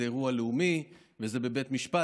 זה אירוע לאומי וזה בבית משפט.